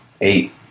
eight